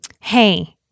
hey